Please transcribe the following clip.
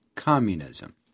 Communism